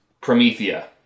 Promethea